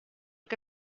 que